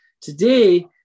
Today